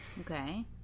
Okay